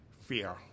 fear